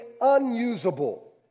unusable